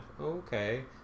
Okay